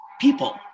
people